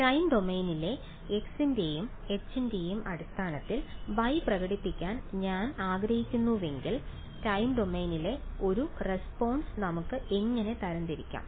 time ഡൊമെയ്നിലെ x ന്റെയും h ന്റെയും അടിസ്ഥാനത്തിൽ y പ്രകടിപ്പിക്കാൻ ഞാൻ ആഗ്രഹിക്കുന്നുവെങ്കിൽ ടൈം ഡൊമെയ്നിലെ ഒരു റെസ്പോൺസ് നമുക്ക് എങ്ങനെ തരംതിരിക്കാം